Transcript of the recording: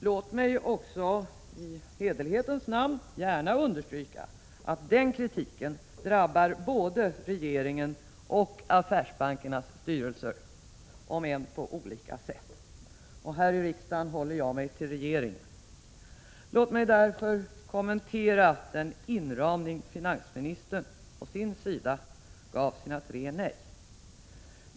Låt mig också i hederlighetens namn gärna understryka att den kritiken drabbar både regeringen och affärsbankernas styrelser, om än på olika sätt, och här i riksdagen håller jag mig till regeringen. Låt mig därför något kommentera den ”inramning” finansministern å sin sida gav sina tre nej.